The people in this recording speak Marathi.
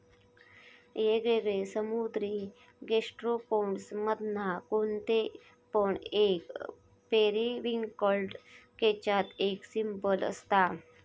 येगयेगळे समुद्री गैस्ट्रोपोड्स मधना कोणते पण एक पेरिविंकल केच्यात एक सर्पिल असता